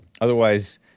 Otherwise